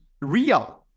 real